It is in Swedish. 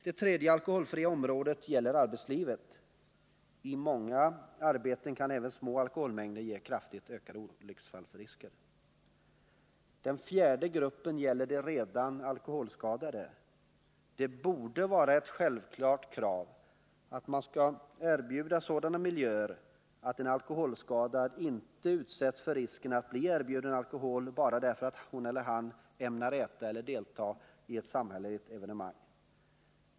Det tredje alkoholfria området gäller arbetslivet. I många arbeten kan även små alkoholmängder ge kraftigt ökade olycksfallsrisker. Den fjärde gruppen gäller de redan alkoholskadade. Det borde vara ett självklart krav att man skall ha sådana miljöer att en alkoholskadad inte utsätts för risken att bli erbjuden alkohol bara för att han eller hon t.ex. ämnar äta eller delta i ett samhälleligt evenemang.